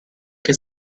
che